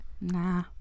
Nah